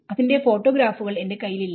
അതിന്റെ ഫോട്ടോഗ്രാഫുകൾഎന്റെ കയ്യിൽ ഇല്ല